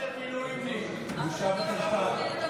בושה וחרפה.